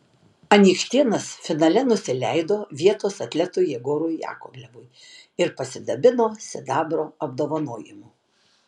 anykštėnas finale nusileido vietos atletui jegorui jakovlevui ir pasidabino sidabro apdovanojimu